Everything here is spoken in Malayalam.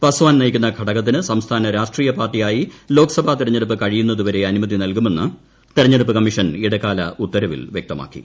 പസ്വാൻ നയിക്കുന്ന ഘടകത്തിന് സംസ്ഥാന രാഷ്ട്രീയ പാർട്ടിയായി ലോക്സഭ തെരഞ്ഞെടുപ്പ് കഴിയുന്നതുവരെ അനുമതി നൽകുമെന്ന് തെരഞ്ഞെടുപ്പ് കമ്മീഷൻ ഇടക്കാല ഉത്തരവിൽ വ്യക്തമാക്കി